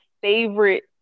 favorite